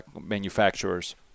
manufacturers